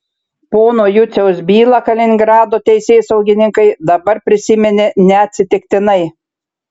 pono juciaus bylą kaliningrado teisėsaugininkai dabar prisiminė neatsitiktinai